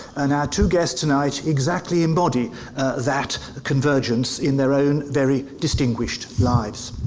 and our two guests tonight exactly embody that convergence in their own very distinguished lives.